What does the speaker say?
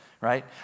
right